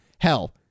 Hell